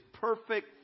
perfect